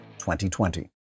2020